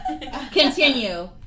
Continue